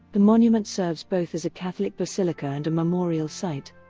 the monument serves both as a catholic basilica and a memorial site.